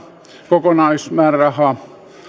kokonaismäärärahaa